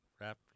wrap